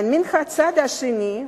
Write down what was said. אך מן הצד השני,